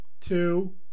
two